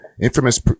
infamous